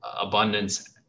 abundance